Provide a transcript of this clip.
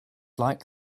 like